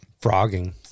frogging